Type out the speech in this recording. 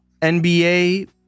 NBA